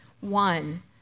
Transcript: one